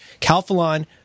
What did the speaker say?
Calphalon